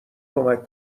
کمک